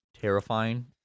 terrifying